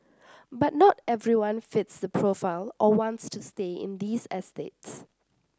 but not everyone fits the profile or wants to stay in these estates